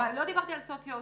לא דיברתי על סוציו אקונומי,